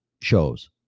shows